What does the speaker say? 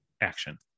Action